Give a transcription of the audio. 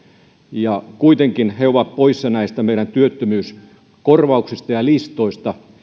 ja kuitenkin he ovat poissa näistä meidän työttömyyskorvauksistamme ja listoistamme